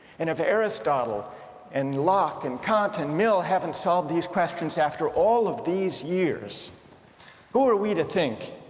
and if aristotle and locke and kant and mill haven't solved these questions after all of these years who are we to think